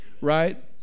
Right